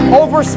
over